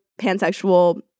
pansexual